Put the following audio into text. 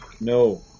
No